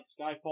Skyfall